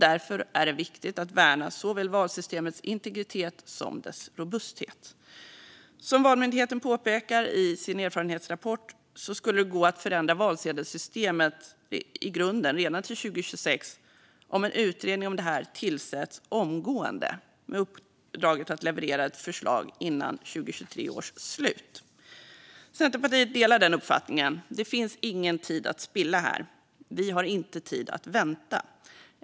Därför är det viktigt att värna såväl valsystemets integritet som dess robusthet. Som Valmyndigheten påpekar i sin erfarenhetsrapport skulle det gå att förändra valsedelssystemet i grunden redan till 2026 om en utredning om detta tillsätts omgående med uppdraget att leverera ett förslag före 2023 års slut. Centerpartiet delar den uppfattningen. Det finns ingen tid att spilla här. Vi har inte tid att vänta.